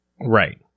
Right